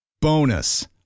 Bonus